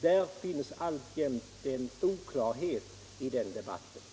Det finns alltjämt en oklarhet i den debatten.